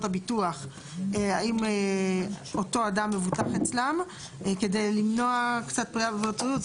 הביטוח האם אותו אדם מבוטח אצלם כדי למנוע קצת פגיעה בפרטיות.